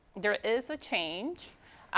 there is a change.